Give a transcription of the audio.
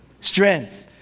strength